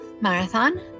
marathon